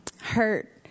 hurt